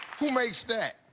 who makes that?